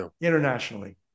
internationally